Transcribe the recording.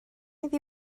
iddi